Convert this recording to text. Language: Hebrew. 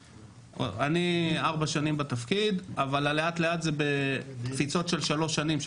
אני ארבע שנים בתפקיד אבל ה'לאט לאט' מתכוון לקפיצות של שלוש שנים,